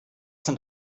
sind